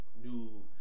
new